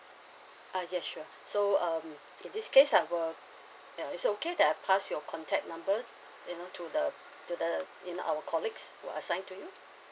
uh yes sure so um in this case I will uh is it okay that I pass your contact number you know to the to the you know our colleagues will assign to you